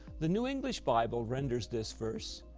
the new english bible renders this verse